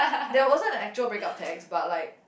there wasn't an actual break up text but like